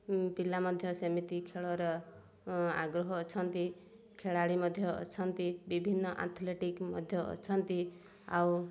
ପିଲା ମଧ୍ୟ ସେମିତି ଖେଳର ଆଗ୍ରହ ଅଛନ୍ତି ଖେଳାଳି ମଧ୍ୟ ଅଛନ୍ତି ବିଭିନ୍ନ ଆଥଲେଟିକ୍ ମଧ୍ୟ ଅଛନ୍ତି ଆଉ